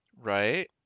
right